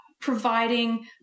providing